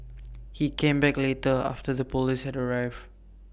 he came back later after the Police had arrived